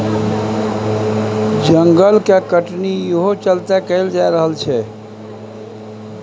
जंगल के कटनी इहो चलते कएल जा रहल छै